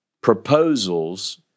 proposals